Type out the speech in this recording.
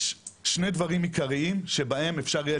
יש שני דברים עיקריים שבהם אפשר יהיה